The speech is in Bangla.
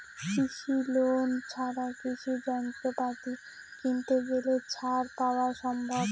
কৃষি লোন ছাড়া কৃষি যন্ত্রপাতি কিনতে গেলে ছাড় পাওয়া সম্ভব?